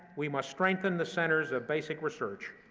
we must strengthen the centers of basic research,